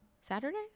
Saturday